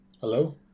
Hello